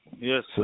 Yes